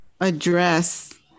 address